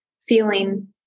feeling